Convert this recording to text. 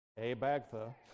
Abagtha